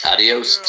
Adios